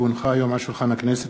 כי הונחו היום על שולחן הכנסת,